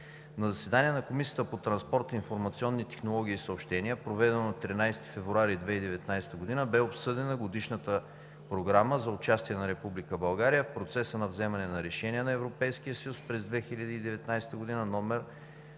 На заседание на Комисията по транспорт, информационни технологии и съобщения, проведено на 13 февруари 2019 г., бе обсъдена Годишна програма за участие на Република България в процеса на вземане на решения на Европейския съюз през 2019 г.,